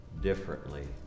differently